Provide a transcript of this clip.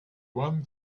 one